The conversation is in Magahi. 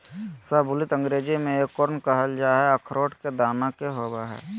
शाहबलूत अंग्रेजी में एकोर्न कहल जा हई, अखरोट के दाना के होव हई